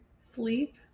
Sleep